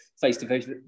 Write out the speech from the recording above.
face-to-face